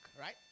right